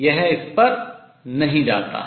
यह इस पर नहीं जाता है